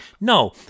No